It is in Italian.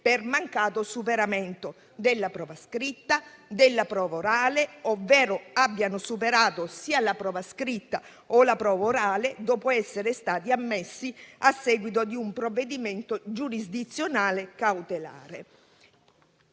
per mancato superamento della prova scritta, della prova orale ovvero abbiano superato sia la prova scritta o la prova orale, dopo essere stati ammessi a seguito di un provvedimento giurisdizionale cautelare.